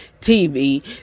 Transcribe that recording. tv